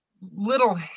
little